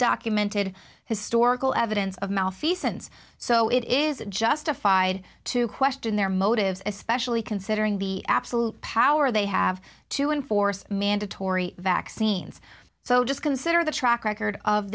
documented historical evidence of malfeasance so it is justified to question their motives especially considering the absolute power they have to enforce mandatory vaccines so just consider the track record of